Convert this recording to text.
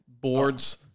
boards